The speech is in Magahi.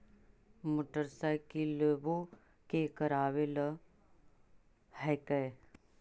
मोटरसाइकिलवो के करावे ल हेकै?